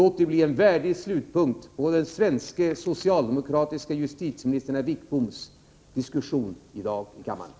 Låt det bli en värdig slutpunkt på den svenske socialdemokratiske justitieministern Wittboms diskussion i dag i kammaren.